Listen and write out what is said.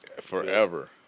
Forever